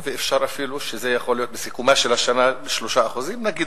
וייתכן אפילו שזה יכול להיות בסיכומה של השנה 3% נגיד